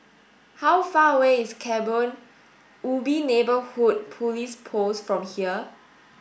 how far away is Kebun Ubi Neighbourhood Police Post from here